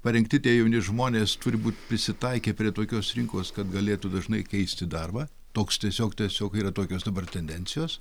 parinkti tie jauni žmonės turi būt prisitaikę prie tokios rinkos kad galėtų dažnai keisti darbą toks tiesiog tiesiog yra tokios dabar tendencijos